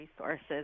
resources